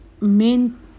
main